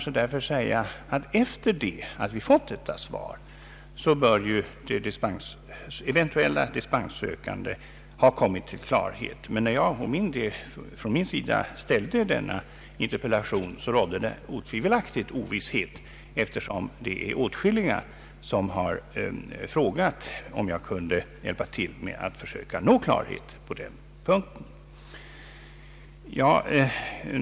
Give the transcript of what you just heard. Efter det att jag har fått detta svar bör eventuella dispenssökande ha kommit till klarhet. Men när jag framställde denna interpellation rådde det otvivelaktigt ovisshet, eftersom åtskilliga har frågat om jag kunde hjälpa till att försöka nå klarhet på denna punkt.